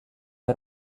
are